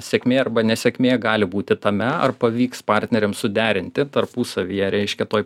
sėkmė arba nesėkmė gali būti tame ar pavyks partneriam suderinti tarpusavyje reiškia toj